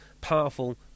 powerful